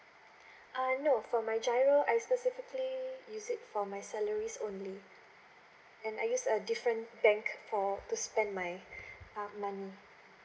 uh no for my GIRO I specifically use it for my salaries only and I use a different bank for to spend my uh money